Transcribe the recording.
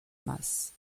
masse